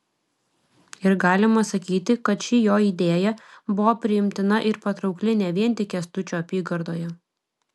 ir galima sakyti kad ši jo idėja buvo priimtina ir patraukli ne vien tik kęstučio apygardoje